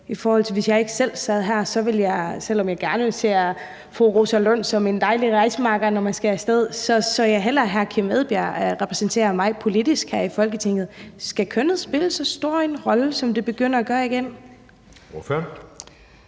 hvis jeg ikke selv sad her, ville jeg hellere have – selv om jeg godt kan se fru Rosa Lund som en dejlig rejsemakker, når man skal af sted – at hr. Kim Edberg Andersen repræsenterede mig politisk her i Folketinget. Skal kønnet spille så stor en rolle, som det begynder at gøre igen? Kl.